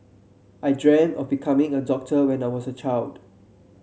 I dream of becoming a doctor when I was a child